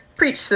Preach